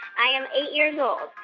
i am eight years old.